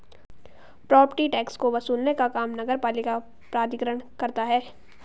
property tax को वसूलने का काम नगरपालिका प्राधिकरण करता है